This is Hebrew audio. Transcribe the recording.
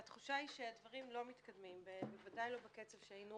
התחושה שהדברים לא מתקדמים, ודאי לא בקצב הרצוי.